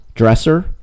dresser